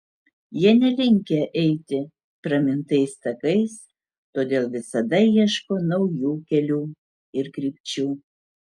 jie nelinkę eiti pramintais takais todėl visada ieško naujų kelių ir krypčių